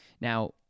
Now